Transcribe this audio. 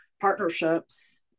partnerships